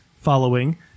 following